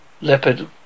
leopard